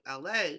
LA